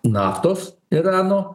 naftos irano